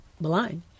blind